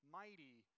mighty